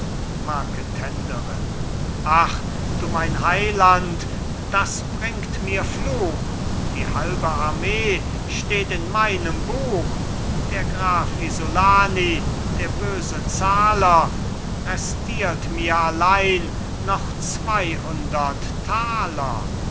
marketenderin ach du mein heiland das bringt mir fluch die halbe armee steht in meinem buch der graf isolani der böse zahler restiert mir allein noch zweihundert taler